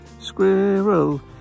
Squirrel